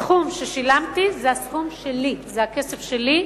הסכום ששילמתי זה הסכום שלי, זה הכסף שלי,